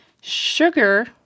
Sugar